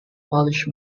polish